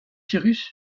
cyrus